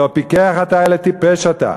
לא פיקח אתה, אלא טיפש אתה.